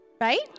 right